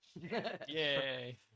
Yay